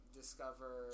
discover